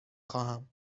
خواهم